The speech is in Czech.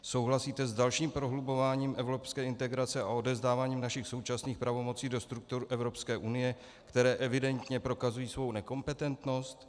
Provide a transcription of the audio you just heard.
Souhlasíte s dalším prohlubováním evropské integrace a odevzdáváním našich současných pravomocí do struktur Evropské unie, které evidentně prokazují svou nekompetentnost?